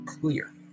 clear